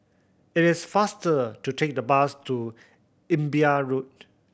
it is faster to take the bus to Imbiah Road